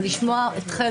ולשמוע אתכם,